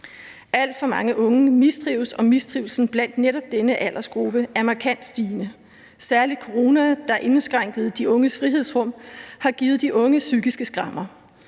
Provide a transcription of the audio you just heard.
»Alt for mange unge mistrives, og mistrivslen blandt netop denne aldersgruppe er markant stigende. Særlig corona, der indskrænkede de unges frihedsrum, har givet de unge psykiske skrammer.